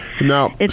Now